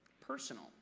Personal